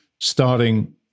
starting